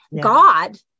God